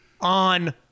on –